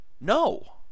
No